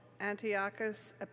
Antiochus